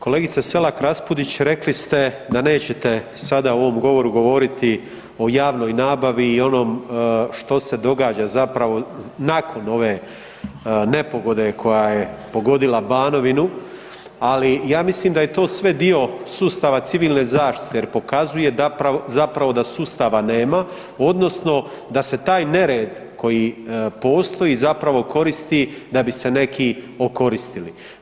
Kolegice Selak RAspudić, rekli ste da nećete sada u ovom govoru govoriti o javnoj nabavi i onom što se događa nakon ove nepogode koja je pogodila Banovinu, ali ja mislim da je to sve dio sustava civilne zaštite jer pokazuje da sustava nema odnosno da se taj nered koji postoji koristi da bi se neki okoristili.